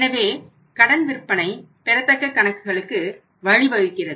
எனவே கடன் விற்பனை பெறத்தக்க கணக்குகளுக்கு வழிவகுக்குகிறது